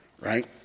right